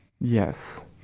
Yes